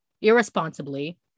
irresponsibly